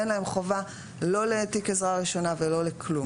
אין להם חובה לא לתיק עזרה ראשונה ולא לכלום.